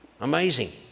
Amazing